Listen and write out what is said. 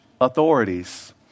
authorities